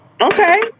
Okay